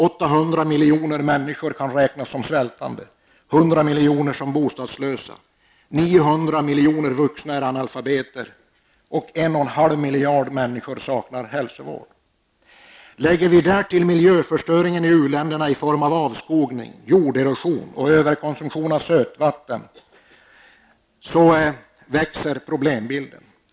800 miljoner människor kan räknas som svältande, 100 miljoner är bostadslösa, 900 miljoner vuxna är analfabeter och 1,5 miljarder människor är i avsaknad av hälsovård. Lägger vi därtill miljöförstöringen i u-länderna i form av avskogning, jorderosion och överkonsumtion av sötvatten utvidgas problembilden.